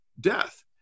death